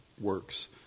works